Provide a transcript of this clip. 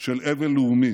של אבל לאומי